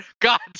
God